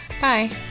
bye